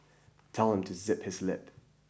tell him to zip his lip